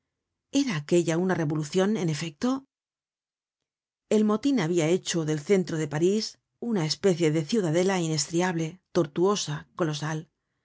era aquella una revolucion en efecto el motin habia hecho del centro de parís una especie de ciudadela inestriable tortuosa colosal